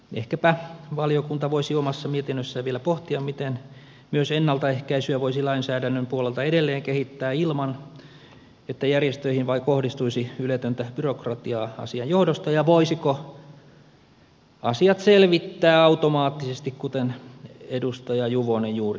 ehkäpä valiokunta voisi omassa mietinnössään vielä pohtia miten myös ennaltaehkäisyä voisi lainsäädännön puolelta edelleen kehittää ilman että järjestöihin vain kohdistuisi yletöntä byrokratiaa asian johdosta ja voisiko asiat selvittää automaattisesti kuten edustaja juvonen juuri esitti